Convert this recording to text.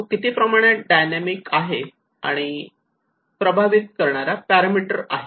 तो किती प्रमाणात डायनॅमिक आणि प्रभावित करणारा पॅरामिटर आहे